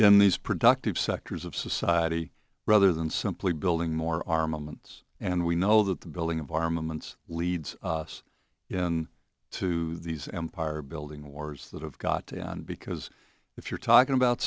in these productive sectors of society rather than simply building more armaments and we know that the building of armaments leads us in to these empire building wars that have got to end because if you're talking about